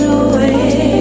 away